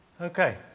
Okay